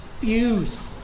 fuse